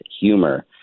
humor